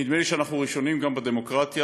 נדמה לי שאנחנו ראשונים גם בדמוקרטיה,